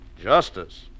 Justice